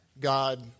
God